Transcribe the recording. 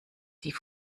die